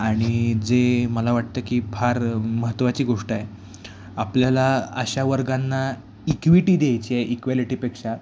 आणि जे मला वाटतं की फार महत्त्वाची गोष्ट आहे आपल्याला अशा वर्गांना इक्विटी द्यायची आहे इक्वेलिटीपेक्षा